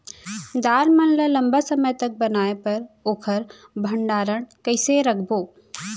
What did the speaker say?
दाल मन ल लम्बा समय तक बनाये बर ओखर भण्डारण कइसे रखबो?